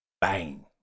Bang